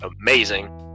Amazing